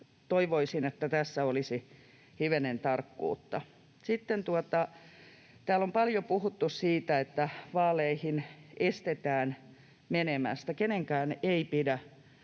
toivoisin, että tässä olisi hivenen tarkkuutta. Sitten täällä on paljon puhuttu siitä, että vaaleihin estetään menemästä. Kenenkään ei pidä